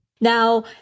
Now